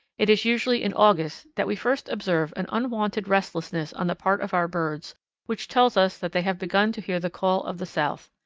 it is usually in august that we first observe an unwonted restlessness on the part of our birds which tells us that they have begun to hear the call of the south.